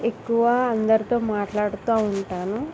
ఎక్కువ అందరితో మాట్లాడుతు ఉంటాను